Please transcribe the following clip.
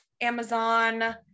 Amazon